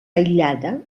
aïllada